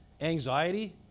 anxiety